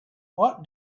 what